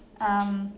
um